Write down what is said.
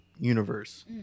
universe